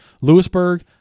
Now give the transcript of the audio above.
Lewisburg